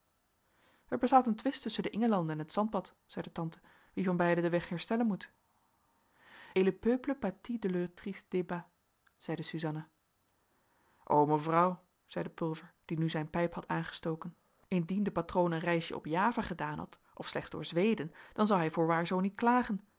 er bestaat een twist tusschen de ingelanden en het zandpad zeide tante wie van beiden den weg herstellen moet et le peuple pâtit de leurs tristes débats zeide suzanna o mevrouw zeide pulver die nu zijn pijp had aangestoken indien de patroon een reisje op java gedaan had of slechts door zweden dan zou hij voorwaar zoo niet klagen